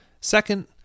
Second